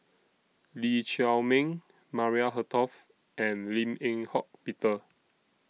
Lee Chiaw Meng Maria Hertogh and Lim Eng Hock Peter